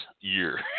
year